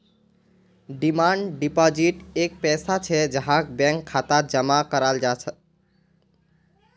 demand deposit एक पैसा छे जहाक बैंक खातात जमा कराल जाहा